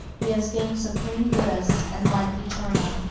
he has gained supreme bliss and life eternal,